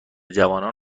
جوانان